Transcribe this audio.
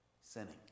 sinning